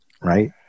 right